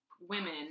women